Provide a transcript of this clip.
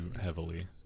heavily